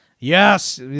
Yes